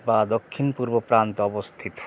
বা দক্ষিণ পূর্ব প্রান্তে অবস্থিত